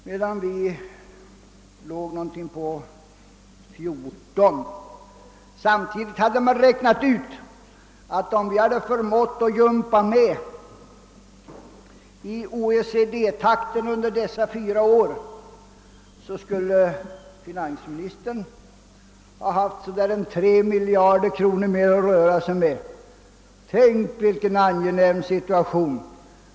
Vi här i landet ligger på omkring 14 procent. Samtidigt hade man i den redogörelsen räknat ut att om vi hade förmått hänga med i OECD-takten under dessa fyra år, skulle finansministern nu haft 3 miljarder kronor mera att röra sig med. Tänk vilken angenäm situation!